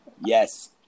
Yes